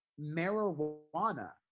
marijuana